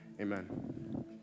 amen